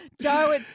Joe